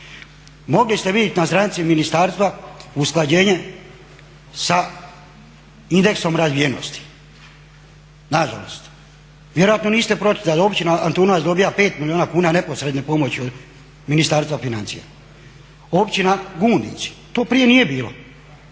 Mogli ste vidjeti na stranici ministarstva usklađenje sa indeksom razvijenosti. Na žalost, vjerojatno niste pročitali. Općina Antunovac dobija 5 milijuna kuna neposredne pomoći od Ministarstva financija. Općina Gundinci to prije nije bilo.